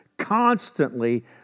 constantly